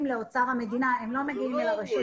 לאוצר המדינה והם לא מגיעים אל הרשות.